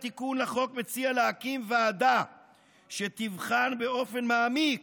התיקון לחוק מציע להקים ועדה שתבחן באופן מעמיק